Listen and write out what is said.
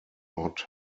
not